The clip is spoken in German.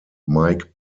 mike